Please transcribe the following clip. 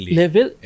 level